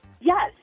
Yes